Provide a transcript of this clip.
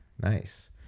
Nice